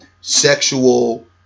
sexual